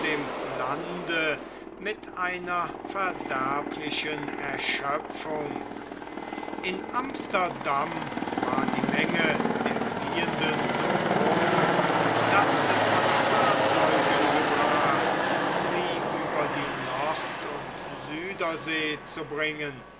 lande mit einer verderblichen erschöpfung in amsterdam war die menge der fliehenden so groß daß es an fahrzeugen gebrach sie über die nord und südersee zu bringen